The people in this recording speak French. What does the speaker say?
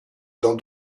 dans